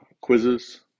quizzes